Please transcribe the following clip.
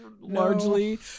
largely